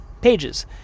pages